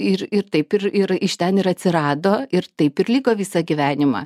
ir ir taip ir ir iš ten ir atsirado ir taip ir liko visą gyvenimą